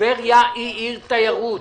טבריה היא עיר תיירות.